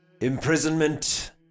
imprisonment